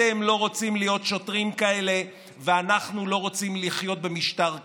אתם לא רוצים להיות שוטרים כאלה ואנחנו לא רוצים לחיות במשטר כזה.